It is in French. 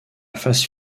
phase